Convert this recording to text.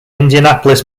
indianapolis